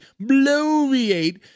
bloviate